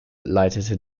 leitete